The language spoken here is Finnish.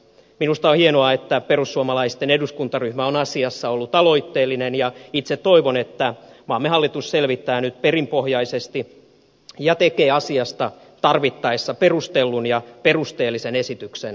minusta on hienoa että perussuomalaisten eduskuntaryhmä on asiassa ollut aloitteellinen ja itse toivon että maamme hallitus selvittää tämän nyt perinpohjaisesti ja tekee asiasta tarvittaessa perustellun ja perusteellisen esityksen eduskunnalle